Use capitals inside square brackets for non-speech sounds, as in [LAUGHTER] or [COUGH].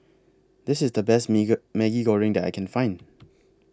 This IS The Best [UNINTELLIGIBLE] Maggi Goreng that I Can Find